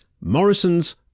Morrison's